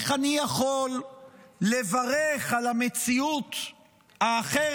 איך אני יכול לברך על המציאות האחרת,